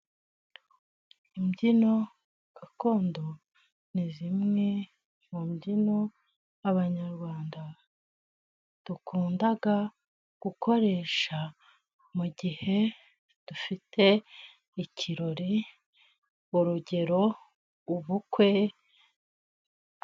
Imbyino gakondo ni zimwe mu mbyino abanyarwanda dukunda gukoresha mu gihe dufite ikirori, urugero: ubukwe.